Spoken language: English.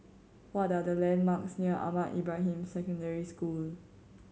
what are the landmarks near Ahmad Ibrahim Secondary School